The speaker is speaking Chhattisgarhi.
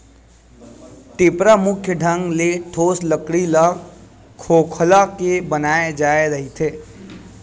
टेपरा मुख्य ढंग ले ठोस लकड़ी ल खोखोल के बनाय जाय रहिथे